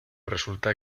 resulta